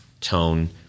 tone